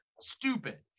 stupid